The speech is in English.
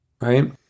Right